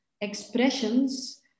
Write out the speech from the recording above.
expressions